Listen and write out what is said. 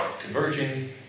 converging